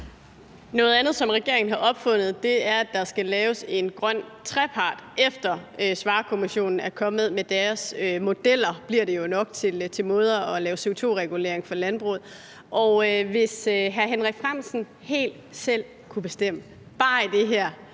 Noget andet, som regeringen har opfundet, er, at der skal laves en grøn trepart, efter Svarerkommissionen er kommet med deres modeller, bliver det jo nok, til måder at lave CO2-regulering for landbruget. Hvis hr. Henrik Frandsen helt selv kunne bestemme, bare i det her